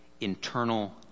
internal